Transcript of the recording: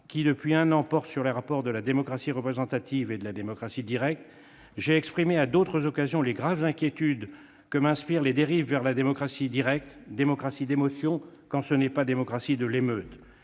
depuis un an sur les rapports de la démocratie représentative et de la démocratie directe. J'ai exprimé à d'autres occasions les graves inquiétudes que m'inspirent les dérives vers la démocratie directe, démocratie d'émotion quand ce n'est pas démocratie de l'émeute